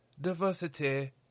diversity